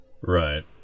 right